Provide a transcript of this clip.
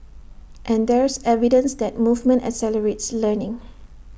and there's evidence that movement accelerates learning